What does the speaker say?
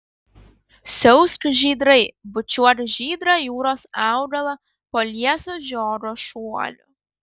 siausk žydrai bučiuok žydrą jūros augalą po lieso žiogo šuoliu